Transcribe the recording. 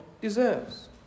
deserves